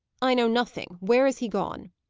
i know nothing. where is he gone?